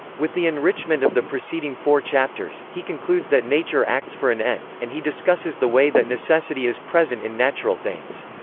with the enrichment of the preceding four chapters, he concludes that nature acts for an end, and he discusses the way that necessity is present in natural things.